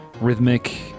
rhythmic